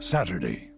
Saturday